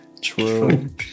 True